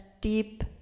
deep